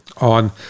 on